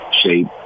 shape